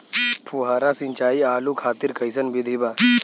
फुहारा सिंचाई आलू खातिर कइसन विधि बा?